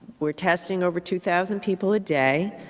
we are testing over two thousand people a day.